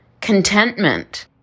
contentment